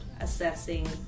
assessing